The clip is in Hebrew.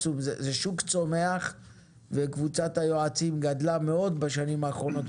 זה שוק צומח וקבוצת היועצים גדלה מאוד בשנים האחרונות,